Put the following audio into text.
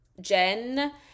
Jen